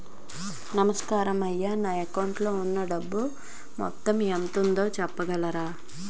నమస్కారం అయ్యా నా అకౌంట్ లో ఉన్నా డబ్బు మొత్తం ఎంత ఉందో చెప్పగలరా?